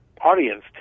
audience